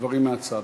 דברים מהצד.